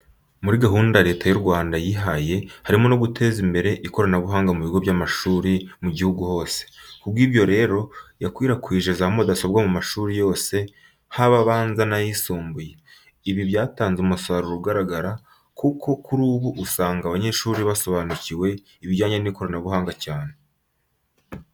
Muri gahunda Leta y'u Rwanda yihaye harimo no guteza imbere ikoranabuhanga mu bigo by'amashuri mu gihugu hose. Ku bw'ibyo rero yakwirakwije za mudasobwa mu mashuri yose haba abanza n'ayisumbuye. Ibi byatanze umusaruro ugaragara, kuko kuri ubu usanga abanyeshuri basobanukiwe ibijyanye n'ikoranabuhanga cyane.